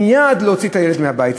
שיש לפעמים יעד להוציא את הילד מהבית.